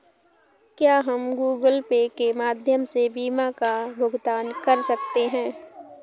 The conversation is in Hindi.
क्या हम गूगल पे के माध्यम से बीमा का भुगतान कर सकते हैं?